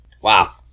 Wow